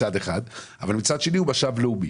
זה מצד אחד אבל מצד שני הוא משאב לאומי.